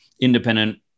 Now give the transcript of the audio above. independent